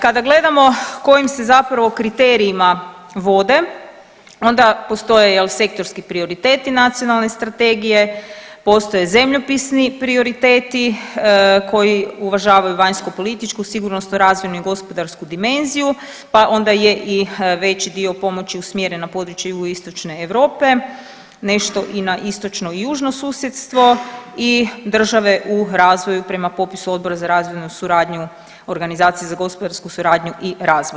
Kada gledamo kojim se zapravo kriterijima vode onda postoje jel sektorski prioriteti nacionalne strategije, postoje zemljopisni prioriteti koji uvažavaju vanjskopolitičku, sigurnosnu, razvojnu i gospodarsku dimenziju pa onda je i veći dio pomoći usmjeren na područje jugoistočne Europe nešto i na istočno i južno susjedstvo i države u razvoju prema popisu Odbora za razvojnu suradnju organizacija za gospodarsku suradnju i razvoj.